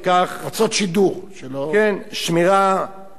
שמירה על כיבוד, פיתוח, יצירתיות הוגנת,